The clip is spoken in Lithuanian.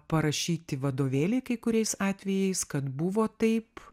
parašyti vadovėliai kai kuriais atvejais kad buvo taip